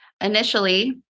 Initially